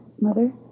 Mother